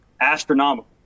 astronomical